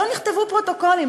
לא נכתבו פרוטוקולים,